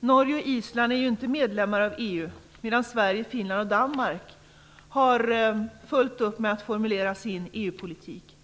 Norge och Island är inte medlemmar i EU, medan Sverige, Finland och Danmark har fullt upp med att formulera sin EU-politik.